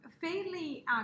fairly